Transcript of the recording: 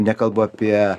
nekalbu apie